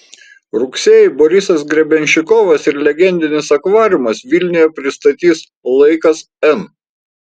rugsėjį borisas grebenščikovas ir legendinis akvariumas vilniuje pristatys laikas n